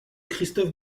christophe